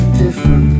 different